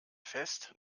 fest